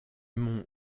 monts